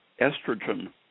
estrogen